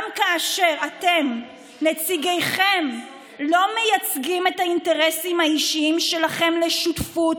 גם כאשר נציגיכם לא מייצגים את האינטרסים האישיים שלכם לשותפות,